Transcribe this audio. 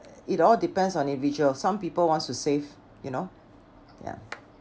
it all depends on individual some people wants to save you know yeah